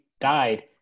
died